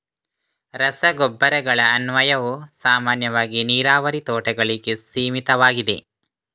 ರಸಗೊಬ್ಬರಗಳ ಅನ್ವಯವು ಸಾಮಾನ್ಯವಾಗಿ ನೀರಾವರಿ ತೋಟಗಳಿಗೆ ಸೀಮಿತವಾಗಿದೆ